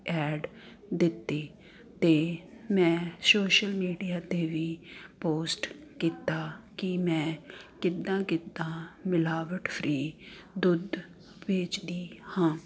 add ਦਿੱਤੀ ਅਤੇ ਮੈਂ ਸ਼ੋਸ਼ਲ ਮੀਡੀਆ 'ਤੇ ਵੀ ਪੋਸਟ ਕੀਤਾ ਕਿ ਮੈਂ ਕਿੱਦਾਂ ਕਿੱਦਾਂ ਮਿਲਾਵਟ ਫ੍ਰੀ ਦੁੱਧ ਵੇਚਦੀ ਹਾਂ